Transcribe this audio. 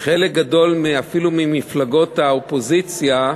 חלק גדול, אפילו ממפלגות האופוזיציה,